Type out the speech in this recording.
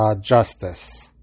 justice